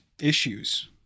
issues